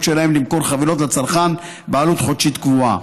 שלהם למכור חבילות לצרכן בעלות חודשית קבועה.